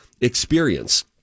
experience